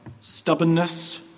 stubbornness